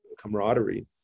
camaraderie